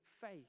faith